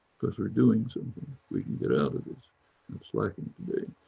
because we're doing something we can get out of this slacking today,